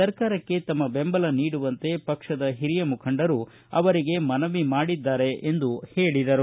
ಸರ್ಕಾರಕ್ಕೆ ತಮ್ಮ ಬೆಂಬಲ ನೀಡುವಂತೆ ಪಕ್ಷದ ಹಿರಿಯ ಮುಖಂಡರು ಅವರಿಗೆ ಮನವಿ ಮಾಡಿದ್ದಾರೆ ಎಂದು ಹೇಳಿದರು